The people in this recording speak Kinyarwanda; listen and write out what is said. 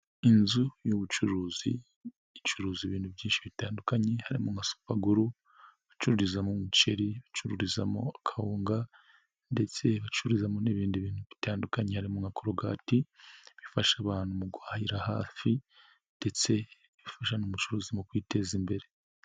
Inzu y'ubucuruzi icuruza ibintu byinshi bitandukanye harimo amasupaguru, bacururizamo umuceri, bacururizamo kawunga ndetse bacuruzamo n'ibindi bintu bitandukanye harimo amakorogati, bifasha abantu mu guhahira hafi ndetse bifasha n'umucuruzi mu kwiteza imbere.